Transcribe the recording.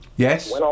Yes